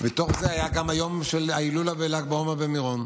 ובתוך זה היה גם יום ההילולה בל"ג בעומר במירון.